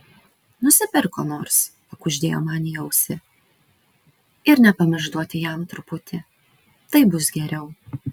nusipirk ko nors pakuždėjo man į ausį ir nepamiršk duoti jam truputį taip bus geriau